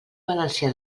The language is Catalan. valencià